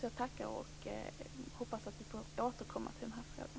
Jag tackar och hoppas att vi kan återkomma till frågan.